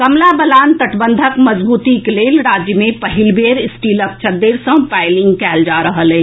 कमला बलान तटबंधक मजबूतीक लेल राज्य मे पहिल बेर स्टीलक चद्दरि सॅ पायलिंग कएल जा रहल अछि